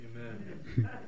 Amen